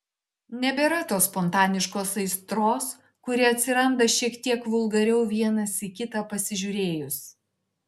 nebėra tos spontaniškos aistros kuri atsiranda šiek tiek vulgariau vienas į kitą pasižiūrėjus